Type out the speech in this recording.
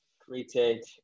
created